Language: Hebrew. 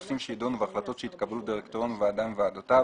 נושאים שיידונו והחלטות שיתקבלו בדירקטוריון או בוועדה מוועדותיו,